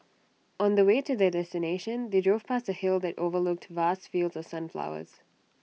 on the way to their destination they drove past A hill that overlooked vast fields of sunflowers